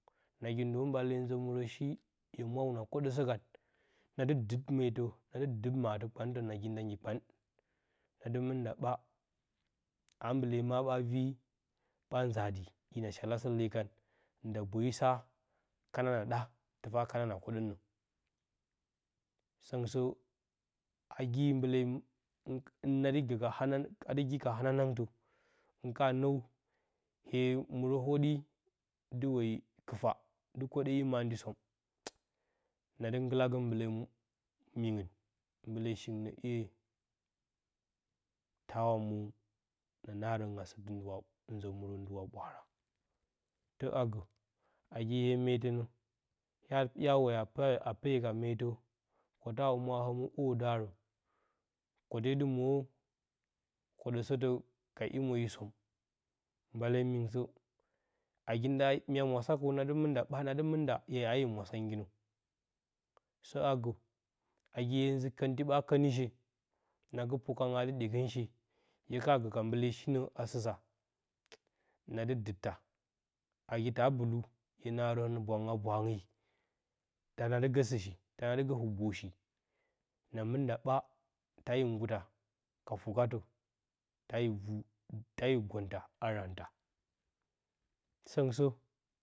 Nagi ndə mbale nzə murə shi, hye mwa hwuna koɗəsə kan, na dɨ dɨɨ meetə na dɨ dɨt matɨ-kpantə, nagi nda nggi kpan nadɨ mɨn nda ɓaa, a mbale ma ɓa vii ɓa nzaadi hina shalasə lee kan, nda boyi sa kanapa ɗa, tɨfa kana na kwəɗən nə səngɨn sə agi knbali hin nadi gəka adɨ gi ka hananangtə dɨ hɨn kana nəw, hye murə hwoɗyi, dɨ woyi kɨfa dɨ koɗə i mandyi som hhɨh nadɨ nggilagə mbale mingɨn, mbale shingɨn nə ‘ye tawa mwo na naarəna sɨlɨ ndɨwa, ndɨwa nzə murə nzə ɓwaara tə agə, nagi hye meetənə hya woyo a peyo ka meetə kota humwa həmɨ hwodarə kote dɨ mwo koɗəsətə ka i moriyi som mbale mɨngɨn sə nagi nda hina mwasakə nadɨ mɨn da ɓaa nadɨ mɨn da hye a mwasanggi nə sə a gə, nagi nda, hye zɨ kənti ɓa kənishe na gə pukənga adɨ ɗyegənshe hye kana gə ka mbale shinə a sɨsa nadɨ dɨtta nagi ta bɨlu, hye naarən bwang a haa bwange, təna dɨ gə sɨshi təna dɨ gə huboshi na mɨn nda ɓaa, ta ayo ngguta ka fɨkatə ta ayo vu, ta ayo gonta a raanta, səngɨn sə, hɨn.